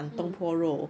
mm